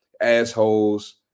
assholes